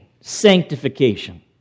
sanctification